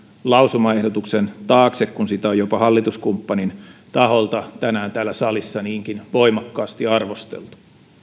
lausumaehdotuksen taakse kun sitä on jopa hallituskumppanin taholta tänään täällä salissa niinkin voimakkaasti arvosteltu